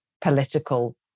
political